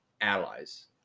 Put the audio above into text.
allies